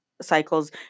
cycles